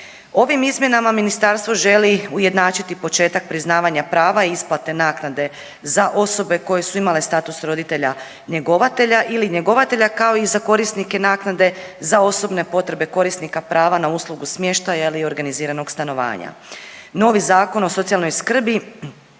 Ovim izmjenama Ministarstvo želi ujednačiti početak priznavanja prava isplate naknade za osobe koje su imale status roditelja njegovatelja ili njegovatelja, kao i za korisnike naknade za osobne potrebe korisnika prava na uslugu smještaja ili organiziranog stanovanja. Novi Zakon o socijalnoj skrbi